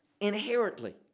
inherently